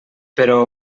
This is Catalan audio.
però